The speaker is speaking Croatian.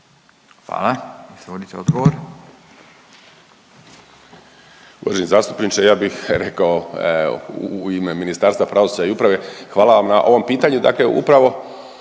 Hvala. Izvolite odgovor.